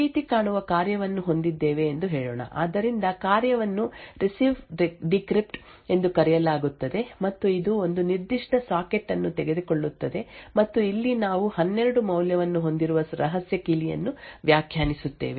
ನಾವು ಈ ರೀತಿ ಕಾಣುವ ಕಾರ್ಯವನ್ನು ಹೊಂದಿದ್ದೇವೆ ಎಂದು ಹೇಳೋಣ ಆದ್ದರಿಂದ ಕಾರ್ಯವನ್ನು ರೆಸಿವ್ ಡಿಕ್ರಿಪ್ಟ್ ಎಂದು ಕರೆಯಲಾಗುತ್ತದೆ ಮತ್ತು ಇದು ಒಂದು ನಿರ್ದಿಷ್ಟ ಸಾಕೆಟ್ ಅನ್ನು ತೆಗೆದುಕೊಳ್ಳುತ್ತದೆ ಮತ್ತು ಇಲ್ಲಿ ನಾವು 12 ಮೌಲ್ಯವನ್ನು ಹೊಂದಿರುವ ರಹಸ್ಯ ಕೀಲಿಯನ್ನು ವ್ಯಾಖ್ಯಾನಿಸುತ್ತೇವೆ